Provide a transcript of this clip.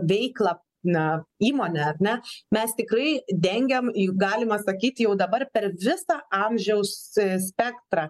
veiklą na įmonę ar ne mes tikrai dengiam jei galima sakyt jau dabar per visą amžiaus spektrą